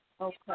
Okay